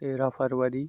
तेरह फरवरी